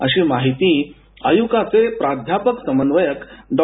अशी माहिती आयुकाचे प्राध्यापक समन्वयक डॉ